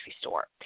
store